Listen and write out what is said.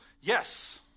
Yes